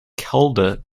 calder